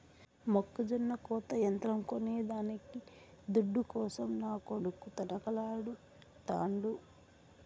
మొక్కజొన్న కోత యంత్రం కొనేదానికి దుడ్డు కోసం నా కొడుకు తనకలాడుతాండు